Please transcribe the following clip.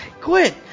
quit